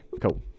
cool